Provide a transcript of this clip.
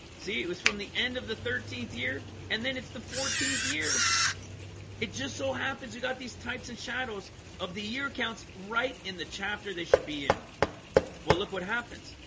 see it was from the end of the thirteenth year and then it's the fourteenth year it just so happens. we got these types and shadows of the year counts right in the chapter. they should be in well, look what happens